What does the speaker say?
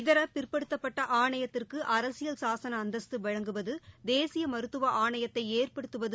இதர பிற்படுத்தப்பட்ட ஆணையத்திற்கு அரசியல் சாசன அந்தஸ்து வழங்குவது தேசிய மருத்துவ ஆணையத்தை ஏற்படுத்துவது